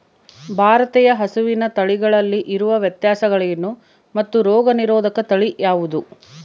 ಭಾರತೇಯ ಹಸುವಿನ ತಳಿಗಳಲ್ಲಿ ಇರುವ ವ್ಯತ್ಯಾಸಗಳೇನು ಮತ್ತು ರೋಗನಿರೋಧಕ ತಳಿ ಯಾವುದು?